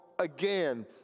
again